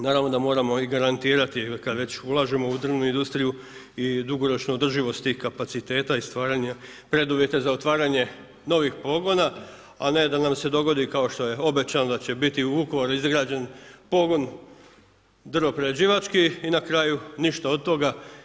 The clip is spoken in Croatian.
Naravno da moramo i garantirati kada već ulažemo u drvnu industriju i dugoročnu održivost tih kapaciteta i stvaranja preduvjeta za otvaranje novih pogona, a ne da nam se dogodi kao što je obećano da će biti u Vukovaru izgrađen pogon drvoprerađivački i na kraju ništa od toga.